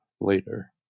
later